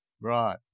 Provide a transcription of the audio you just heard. Right